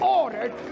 ordered